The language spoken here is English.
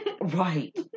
Right